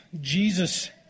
Jesus